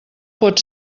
pot